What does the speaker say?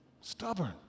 Stubborn